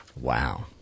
Wow